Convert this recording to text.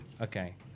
Okay